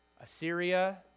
Assyria